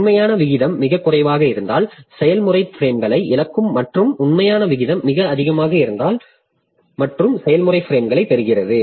உண்மையான விகிதம் மிகக் குறைவாக இருந்தால் செயல்முறை பிரேம்களை இழக்கும் மற்றும் உண்மையான விகிதம் மிக அதிகமாக இருந்தால் மற்றும் செயல்முறை பிரேம்களைப் பெறுகிறது